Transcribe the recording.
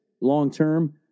long-term